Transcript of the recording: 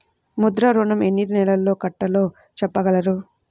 ముద్ర ఋణం ఎన్ని నెలల్లో కట్టలో చెప్పగలరా?